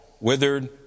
withered